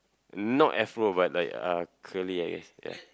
not Afro but like uh curly I guess ya